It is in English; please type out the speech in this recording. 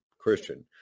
Christian